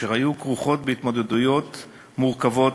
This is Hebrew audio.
אשר היו כרוכות בהתמודדויות מורכבות